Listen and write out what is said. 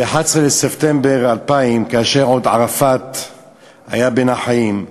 ב-11 בספטמבר 2000, כאשר ערפאת עוד היה בין החיים,